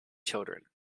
children